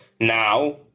now